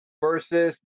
versus